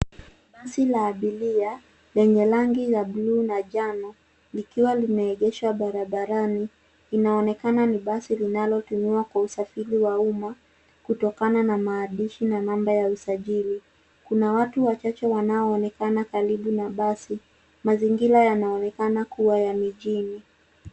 Basi la abiria lenye rangi ya blue na njano likiwa limeegeshwa barabarani inaonekana ni basi linalotumiwa kwa usafiri wa umma kutokana na maandishi na namba ya usajili. Kuna watu wachache wanaoonekana karibu na basi. Mazingira yanaonekana kuwa ya mijini.